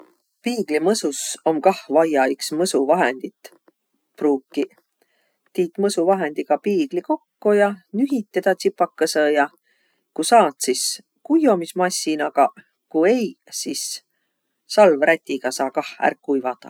Piigli mõsus om kah vajja iks mõsuvahendit pruukiq. Tiit mõsuvahendigaq piigli kokko ja nühit tedä tsipakõsõ ja. Ku saat, sis kuiomismassinagaq, kui eiq, sis salvrätigaq saa kah ärq kuivadaq.